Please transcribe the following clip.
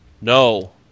No